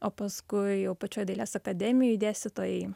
o paskui jau pačioj dailės akademijoj dėstytojai